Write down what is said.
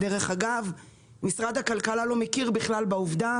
דרך אגב, משרד הכלכלה לא מכיר בכלל בעובדה